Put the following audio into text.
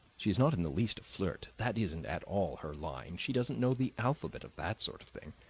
she is not in the least flirt that isn't at all her line she doesn't know the alphabet of that sort of thing.